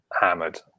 hammered